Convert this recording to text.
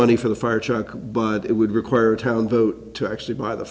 money for the fire truck but it would require a town boat to actually buy the